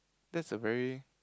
that's a very